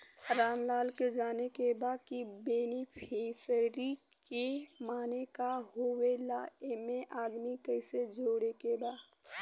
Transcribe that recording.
रामलाल के जाने के बा की बेनिफिसरी के माने का का होए ला एमे आदमी कैसे जोड़े के बा?